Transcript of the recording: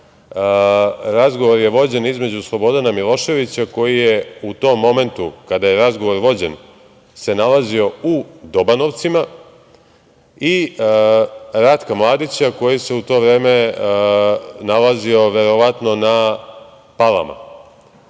Razgovor je vođen između Slobodana Miloševića, koji se u tom momentu, kada je razgovor vođen, nalazio u Dobanovcima i Ratka Mladića, koji se u to vreme nalazio verovatno na Palama.U